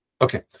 Okay